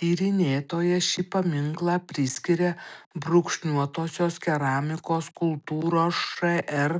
tyrinėtoja šį paminklą priskiria brūkšniuotosios keramikos kultūros šr